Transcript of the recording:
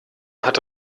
hat